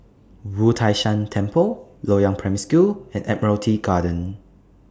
Wu Tai Shan Temple Loyang Primary School and Admiralty Garden